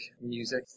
music